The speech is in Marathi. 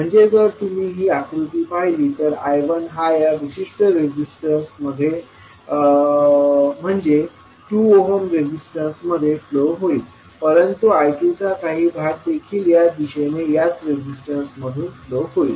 म्हणजे जर तुम्ही ही आकृती पाहिला तर I1 हा ह्या विशिष्ट रेजिस्टन्स मध्ये म्हणजे 2 ओहम रेजिस्टन्स मध्ये फ्लो होईल परंतु I2चा काही भाग देखील या दिशेने याच रेजिस्टन्स मधून फ्लो होईल